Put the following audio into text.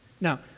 Now